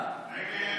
נתקבל.